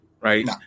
Right